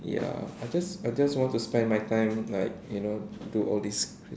ya I just I just want to spend my time like you know do all these